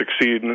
succeed